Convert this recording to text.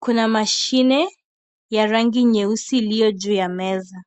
kuna mashine ya rangi nyeusi iliyo juu ya meza.